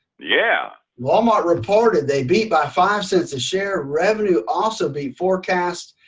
yeah walmart reported they beat by five cents a share, revenue also beat forecast.